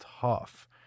tough